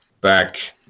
back